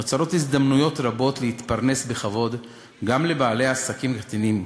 נוצרות הזדמנויות רבות להתפרנס בכבוד גם לבעלי עסקים קטנים,